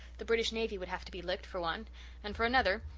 the british navy would have to be licked for one and for another,